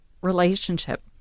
relationship